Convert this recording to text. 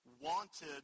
wanted